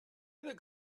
other